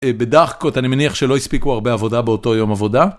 בדאחקות אני מניח שלא הספיקו הרבה עבודה באותו יום עבודה.